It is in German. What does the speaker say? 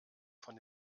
von